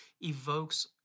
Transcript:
evokes